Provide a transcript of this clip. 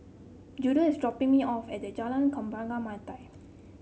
Judah is dropping me off at the Jalan Kembang Melati